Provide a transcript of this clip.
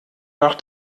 nach